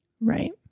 Right